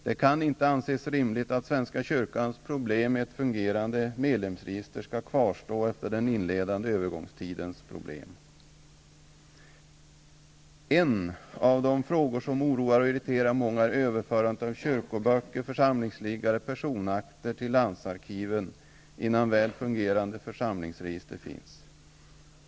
Det kan inte anses rimligt att svenska kyrkans problem med ett fungerande medlemsregister skall kvarstå efter det att man löst problemen under den inledande övergångstiden. En av de frågor som oroar och irriterar många gäller överförandet av kyrkoböcker, församlingsliggare och personakter till landsarkiven innan väl fungerande församlingsregister finns.